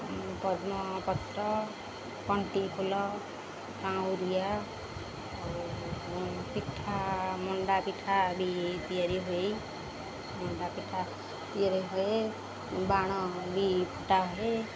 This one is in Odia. ପଦ୍ମପତ୍ର କଣ୍ଟେଇ ଫୁଲ କାଉଁରିଆ ଆଉ ପିଠା ମଣ୍ଡା ପିଠା ବି ତିଆରି ହୁଏ ମଣ୍ଡା ପିଠା ତିଆରି ହୁଏ ବାଣ ବି ଫୁଟା ହୁଏ